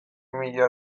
mila